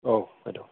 औ बायद'